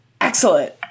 Excellent